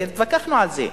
והתווכחנו על זה,